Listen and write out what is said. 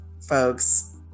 folks